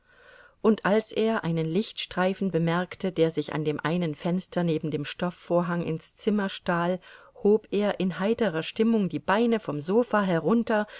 und als er einen lichtstreifen bemerkte der sich an dem einen fenster neben dem stoffvorhang ins zimmer stahl hob er in heiterer stimmung die beine vom sofa herunter